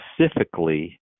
specifically